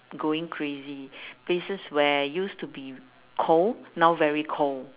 going crazy places where used to be cold now very cold